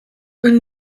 een